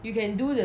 you can do the